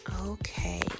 Okay